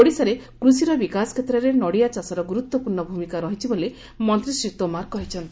ଓଡ଼ିଶାରେ କୃଷିର ବିକାଶ କେତ୍ରରେ ନଡ଼ିଆ ଚାଷର ଗୁରୁତ୍ୱପୂର୍ଣ୍ଣ ଭୂମିକା ରହିଛି ବୋଲି ମନ୍ତୀ ଶ୍ରୀ ତୋମାର କହିଛନ୍ତି